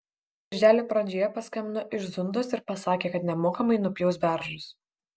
birželio pradžioje paskambino iš zundos ir pasakė kad nemokamai nupjaus beržus